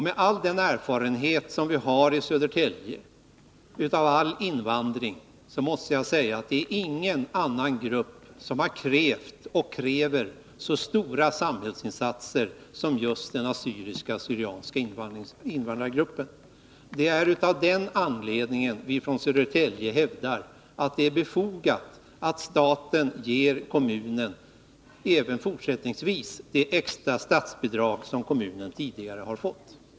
Med all den erfarenhet som vi har i Södertälje av all invandring måste jag säga att det inte är någon annan grupp som krävt och kräver så stora samhällsinsatser som just den assyriska/syrianska invandrargruppen. Det är av den anledningen som vi från Södertälje hävdar att det är befogat att staten även fortsättningsvis ger kommunen det extra statsbidrag som kommunen tidigare har fått.